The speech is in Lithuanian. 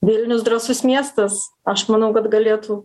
vilnius drąsus miestas aš manau kad galėtų